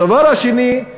הדבר השני,